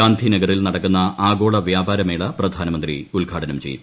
ഗാന്ധി നഗറിൽ നടക്കുന്ന ആഗോള വ്യാപാര മേള പ്രധാനമന്ത്രി ഉദ്ഘാടനം ചെയ്യും